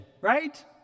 right